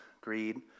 greed